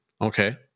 Okay